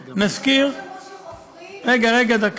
נזכיר, רגע, רגע.